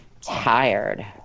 tired